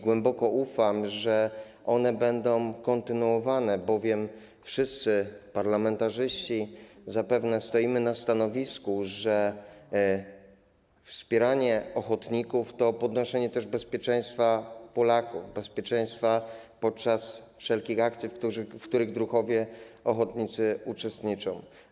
Głęboko ufam, że one będą kontynuowane, bowiem wszyscy parlamentarzyści zapewne stoją na stanowisku, że wspieranie ochotników to też podnoszenie poziomu bezpieczeństwa Polaków, bezpieczeństwa podczas wszelkich akcji, w których druhowie ochotnicy uczestniczą.